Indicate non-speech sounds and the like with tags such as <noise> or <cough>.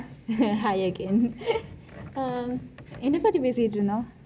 hi again <laughs> um என்னை பற்றி பேசிக் கொண்டிருந்தோம்:ennai patri pesi kondirunthom